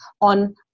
on